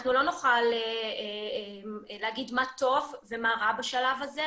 אנחנו לא נוכל להגיד מה טוב ומה רע בשלב הזה.